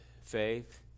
faith